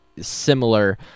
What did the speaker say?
similar